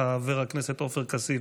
חבר הכנסת עופר כסיף,